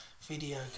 video